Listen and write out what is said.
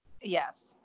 yes